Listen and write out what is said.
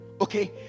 okay